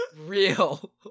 real